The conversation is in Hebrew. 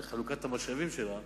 בחלוקת המשאבים שלה,